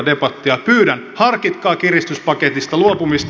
pyydän harkitkaa kiristyspaketista luopumista